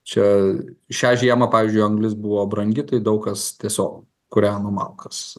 čia šią žiemą pavyzdžiui anglis buvo brangi tai daug kas tiesiog kūreno malkas